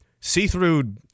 see-through